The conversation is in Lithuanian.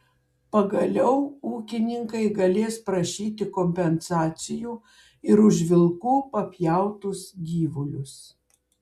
pagaliau ūkininkai galės prašyti kompensacijų ir už vilkų papjautus gyvulius